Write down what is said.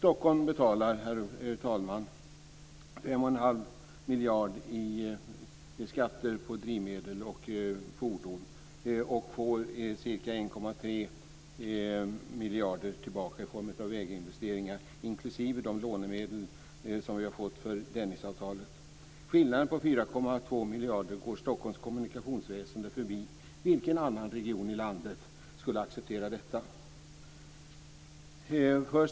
Stockholm betalar 5 1⁄2 miljard i skatter på drivmedel och fordon och får ca 1,3 miljarder tillbaka i form av väginvesteringar, inklusive de lånemedel som vi har fått för Dennisavtalet. Skillnaden på 4,2 miljarder går Stockholms kommunikationsväsendet förbi. Vilken annan region i landet skulle acceptera detta?